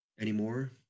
anymore